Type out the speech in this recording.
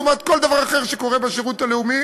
לעומת כל דבר אחר שקורה בשירות הלאומי